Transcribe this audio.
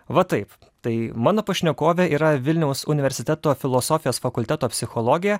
va taip tai mano pašnekovė yra vilniaus universiteto filosofijos fakulteto psichologė